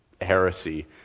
heresy